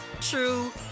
true